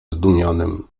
zdumionym